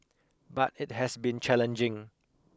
but it has been challenging